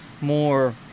more